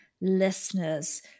listeners